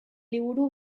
liburu